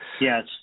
Yes